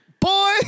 boy